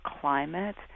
climate